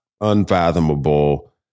unfathomable